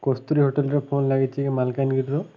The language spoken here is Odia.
କସ୍ତୁରୀ ହୋଟଲରେ ଫୋନ ଲାଗିଛି କି ମାଲକାନଗିରିର